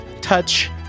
touch